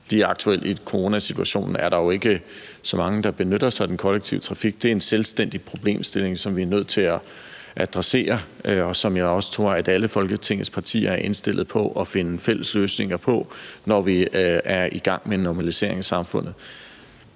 Lige aktuelt i coronasituationen er der jo ikke så mange, der benytter sig af den kollektive trafik. Det er en selvstændig problemstilling, som vi er nødt til at adressere, og som jeg også tror at alle Folketingets partier er indstillet på at finde fælles løsninger på, når vi er i gang med en normalisering af samfundet.